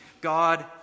God